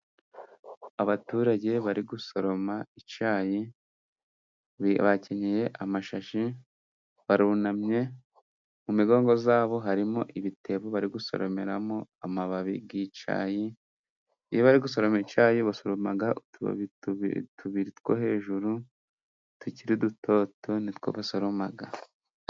Abaturage bari gusoroma icyayi bakenyeye amashashi, barunamye, mu migongo zabo harimo ibitebo bari gusoromeramo amababi y' icyayi; iyo bari gusoroma icyayi basoroma utubabi tubiri two hejuru tukiri dutoto nitwo basoroma.